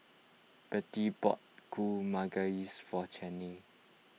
Bertie bought Kuih Manggis for Chaney